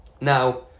Now